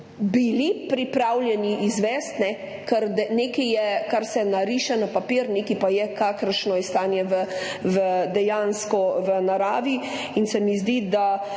bili pripravljeni izvesti, ker nekaj je, kar se nariše na papir, nekaj pa je, kakšno je dejansko stanje v naravi in se mi zdi, da